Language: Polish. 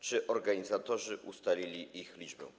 Czy organizatorzy ustalili ich liczbę?